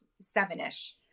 seven-ish